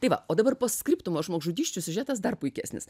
tai va o dabar post skriptum o žmogžudysčių siužetas dar puikesnis